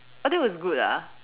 oh that was good ah